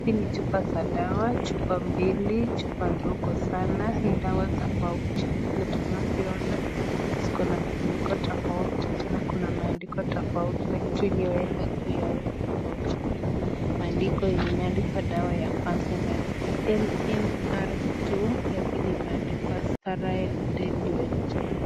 Hii ni chupa za dawa, chupa mbili, chupa ndogo sana, dawa tofauti vile tunavyoona, zikona kifuniko tofauti tena kuna maandiko tofauti na kitu ilioeka juu ni tofauti. Maaandiko yenye imeandikwa dawa ya kwaza imeandikwa MMR II ya pili imeandikwa sterile diluent .